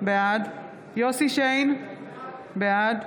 בעד יוסף שיין, בעד